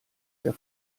der